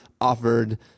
offered